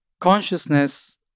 consciousness